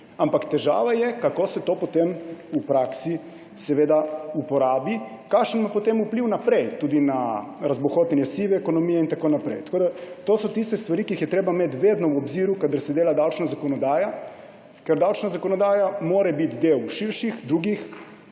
Ampak težava je, kako se to potem v praksi uporabi, kakšen ima potem vpliv naprej, tudi na razbohotenje sive ekonomije in tako naprej. To so tiste stvari, ki jih je treba imeti vedno v obziru, kadar se dela davčna zakonodaja. Ker davčna zakonodaja mora biti del širših, drugih,